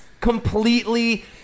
completely